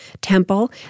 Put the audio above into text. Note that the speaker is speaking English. temple